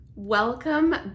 Welcome